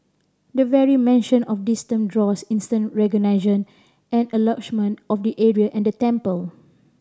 the very mention of this term draws instant and of the area and the temple